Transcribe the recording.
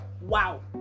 wow